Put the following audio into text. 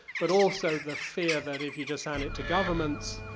but also the fear that if you just hand it to governments,